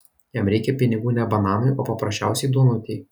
jam reikia pinigų ne bananui o paprasčiausiai duonutei